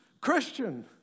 Christian